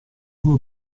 sue